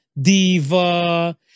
Diva